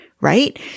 right